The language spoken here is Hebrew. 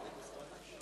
נתקבלה.